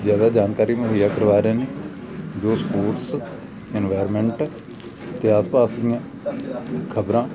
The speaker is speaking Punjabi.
ਜ਼ਿਆਦਾ ਜਾਣਕਾਰੀ ਮੁਹੱਈਆ ਕਰਵਾ ਰਹੇ ਨੇ ਜੋ ਸਪੋਰਟਸ ਇਨਵਾਇਰਮੈਂਟ ਅਤੇ ਆਸ ਪਾਸ ਦੀਆਂ ਖ਼ਬਰਾਂ